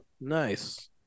Nice